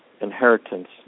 inheritance